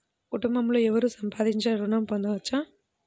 కుటుంబంలో ఎవరు సంపాదించినా ఋణం పొందవచ్చా?